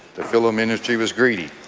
the film industry was greedy.